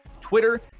Twitter